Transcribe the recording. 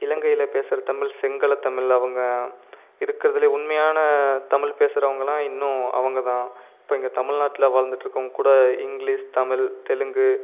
இலங்கையில் பேசுகிற தமிழ் சிங்கள தமிழ் அவங்க இருக்குறதுல உண்மையான தமிழ் பேசுறவங்கன்னா இன்னும் அவங்க தான் இப்போ இங்கே தமிழ் நாட்டில் வாழ்ந்துட்டு இருக்குறவங்க கூட இங்க்லீஷ் தமிழ் தெலுங்கு